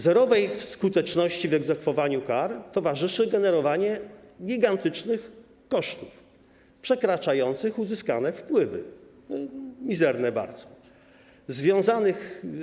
Zerowej skuteczności w egzekwowaniu kar towarzyszy generowanie gigantycznych kosztów przekraczających uzyskane, mizerne bardzo, wpływy.